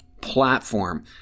platform